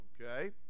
okay